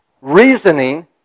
reasoning